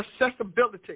accessibility